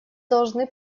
должны